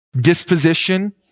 disposition